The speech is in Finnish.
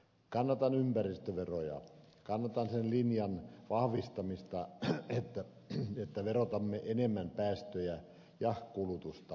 kannatan ympäristöveroja kannatan sen linjan vahvistamista että verotamme enemmän päästöjä ja kulutusta